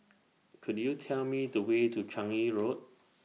Could YOU Tell Me The Way to Changi Road